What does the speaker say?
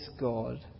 God